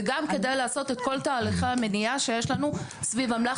וגם כדי לעשות את כל תהליכי המניעה שיש לנו סביב אמל"ח